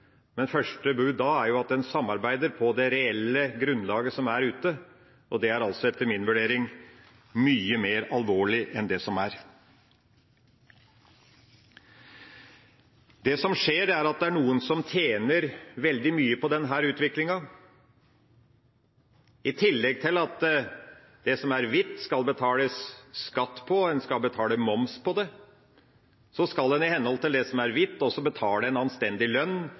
men første bud da er at man samarbeider på det reelle grunnlaget som er ute – og det er etter min vurdering alvorlig som det er. Det som skjer, er at noen tjener veldig mye på denne utviklinga, i tillegg til at det skal betales skatt på det som er hvitt, skal det betales moms på det. Så skal en i henhold til det som er hvitt, også betale en anstendig lønn